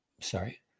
sorry